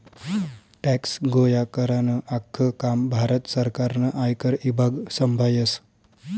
tax गोया करानं आख्खं काम भारत सरकारनं आयकर ईभाग संभायस